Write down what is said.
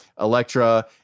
Electra